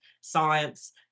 science